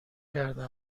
کرده